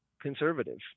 conservative